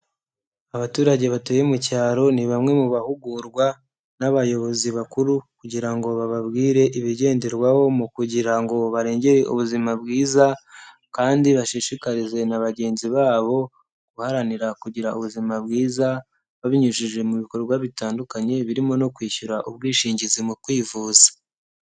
Abaturage batuye mu cyaro ni bamwe mu bahugurwa n'abayobozi bakuru, kugira ngo bababwire ibigenderwaho mu kugira ngo barengere ubuzima bwiza kandi bashishikarize na bagenzi babo guharanira kugira ubuzima bwiza, babinyujije mu bikorwa bitandukanye birimo no kwishyura ubwishingizi mu kwivuza.